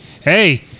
Hey